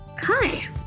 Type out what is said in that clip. Hi